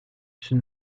c’est